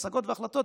השגות והחלטות,